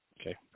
Okay